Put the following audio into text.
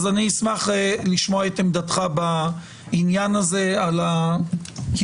אז אני אשמח לשמוע את עמדתך בעניין הזה על הקיום